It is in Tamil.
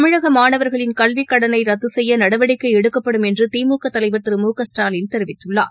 தமிழகமாணவர்களின் கல்விக்கடனைரத்துசெய்யநடவடிக்கைஎடுக்கப்படும் என்றுதிமுகதலைவர் திரு மு க ஸ்டாலின் தெரிவித்துள்ளார்